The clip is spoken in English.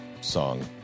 song